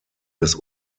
des